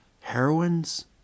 heroines